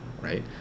right